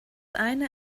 eine